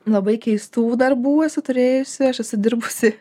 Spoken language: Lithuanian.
labai keistų darbų esu turėjusi aš esu dirbusi